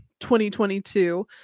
2022